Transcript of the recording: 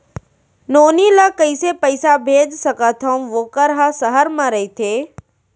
नोनी ल कइसे पइसा भेज सकथव वोकर ह सहर म रइथे?